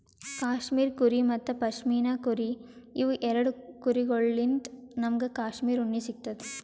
cashmere ಕುರಿ ಮತ್ತ್ ಪಶ್ಮಿನಾ ಕುರಿ ಇವ್ ಎರಡ ಕುರಿಗೊಳ್ಳಿನ್ತ್ ನಮ್ಗ್ ಕ್ಯಾಶ್ಮೀರ್ ಉಣ್ಣಿ ಸಿಗ್ತದ್